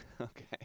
Okay